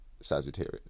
sagittarius